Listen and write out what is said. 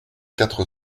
quatre